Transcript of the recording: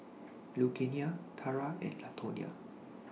Lugenia Tarah and Latonia